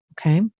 Okay